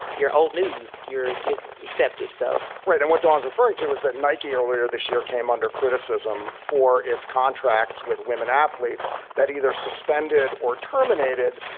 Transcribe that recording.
you're old news. you're just accept it. so right and what don's referring to was that nike earlier this year came under criticism for its contracts with women athletes that are either suspended or terminated.